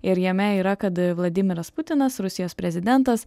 ir jame yra kad vladimiras putinas rusijos prezidentas